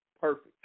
Perfect